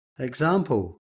Example